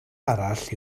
arall